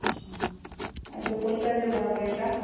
अच्छा ऐं ॿियों फुल्कनि जो घणो रेट आहे